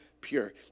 pure